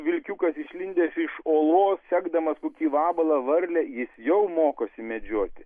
vilkiukas išlindęs iš olos sekdamas kokį vabalą varlę jis jau mokosi medžioti